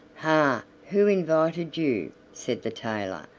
ha! who invited you? said the tailor,